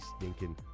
stinking